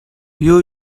you